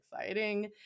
exciting